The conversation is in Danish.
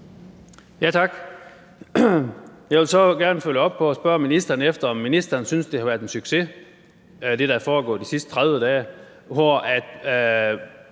Jeg vil gerne følge op og spørge ministeren, om ministeren synes, at det, der er foregået de sidste 30 dage, har